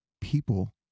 people